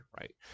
right